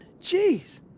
Jeez